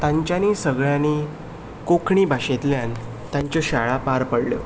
तांच्यांनी सगल्यांनी कोंकणी भाशेंतल्यान तांचें शाळा पार पडल्यो